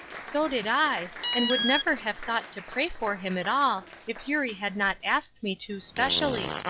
so did i, and would never have thought to pray for him at all, if eurie had not asked me to, specially.